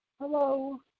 Hello